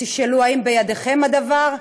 אם תשאלו: האם בידיכם הדבר?